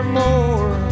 more